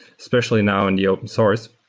especially now in the open source.